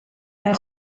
mewn